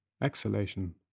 exhalation